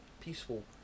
peaceful